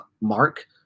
Mark